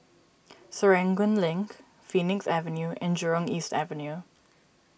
Serangoon Link Phoenix Avenue and Jurong East Avenue